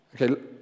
Okay